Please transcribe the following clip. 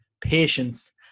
patience